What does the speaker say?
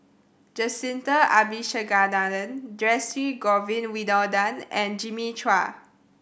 Jacintha Abisheganaden Dhershini Govin Winodan and Jimmy Chua